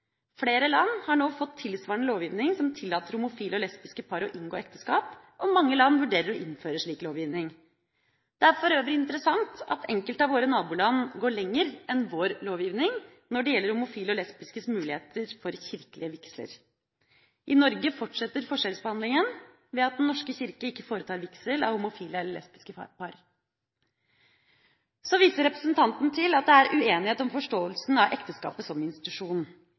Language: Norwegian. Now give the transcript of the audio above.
Flere land har nå fått tilsvarende lovgivning som tillater homofile og lesbiske par å inngå ekteskap, og mange land vurderer å innføre slik lovgivning. Det er for øvrig interessant at enkelte av våre naboland går lenger enn vår lovgivning når det gjelder homofile og lesbiskes muligheter for kirkelige vigsler. I Norge forsetter forskjellsbehandlingen ved at Den norske kirke ikke foretar vigsel av homofile eller lesbiske par. Representanten viser til at det er uenighet om forståelsen av ekteskapet som institusjon,